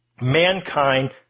mankind